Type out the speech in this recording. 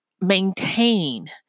maintain